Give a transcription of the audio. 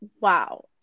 Wow